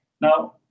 Now